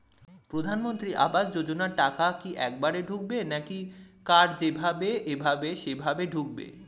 প্রধানমন্ত্রী আবাস যোজনার টাকা কি একবারে ঢুকবে নাকি কার যেভাবে এভাবে সেভাবে ঢুকবে?